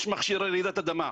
יש מכשיר לרעידת אדמה,